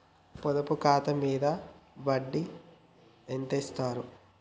పొదుపు ఖాతా మీద వడ్డీ ఎంతిస్తరు?